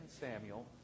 Samuel